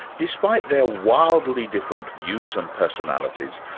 despite their wildly different views and personalities,